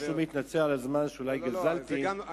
אני שוב מתנצל על הזמן שאולי גזלתי, לא, לא.